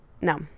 No